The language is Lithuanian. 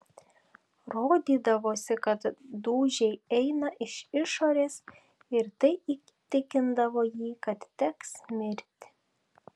rodydavosi kad dūžiai eina iš išorės ir tai įtikindavo jį kad teks mirti